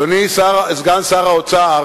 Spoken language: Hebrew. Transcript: אדוני סגן שר האוצר,